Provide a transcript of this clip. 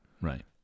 right